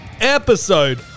Episode